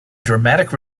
dramatic